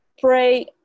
pray